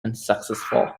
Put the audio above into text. unsuccessful